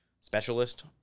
specialist